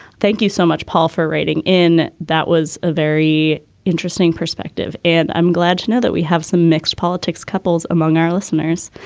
thank you so much paul for writing in. that was a very interesting perspective and i'm glad now that we have some mixed politics couples among our listeners.